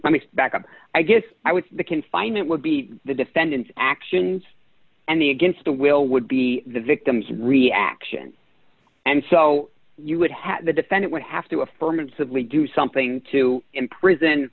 let me back up i guess i would the confinement would be the defendant's actions and the against the will would be the victim's reaction and so you would have the defendant would have to affirmatively do something to imprison